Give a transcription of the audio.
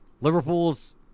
Liverpool's